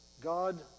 God